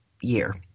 year